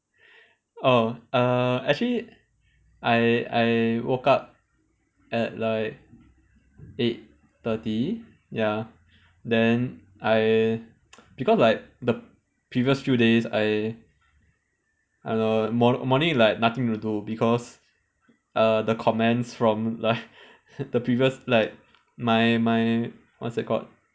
oh err actually I I woke up at like eight thirty ya then I because like the previous few days I err morn~ morning like nothing to do because err the comments from like the previous like my my what's that called